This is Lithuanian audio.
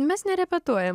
mes nerepetuojam